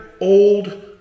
old